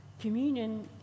Communion